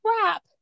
crap